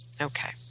Okay